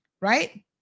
right